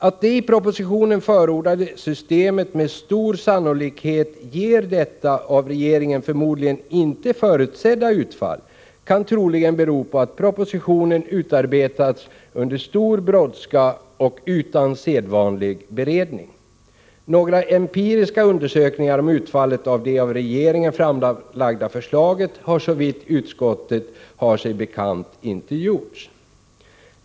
Att det i propositionen förordade systemet med stor sannolikhet ger detta av regeringen förmodligen inte förutsedda utfall kan troligen bero på att propositionen utarbetats under stor brådska och utan sedvanlig beredning. Några empiriska undersökningar om utfallet av det av regeringen framlagda förslaget har såvitt utskottet har sig bekant inte gjorts.